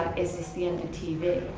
is this the end of tv?